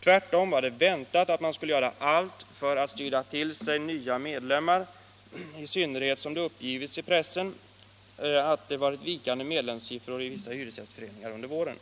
Tvärtom var det väntat att man skulle göra allt för att styra till sig nya medlemmar, i synnerhet som det uppgivits i pressen att det varit vikande medlemssiffror i vissa hyresgästföreningar under våren.